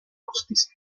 justicia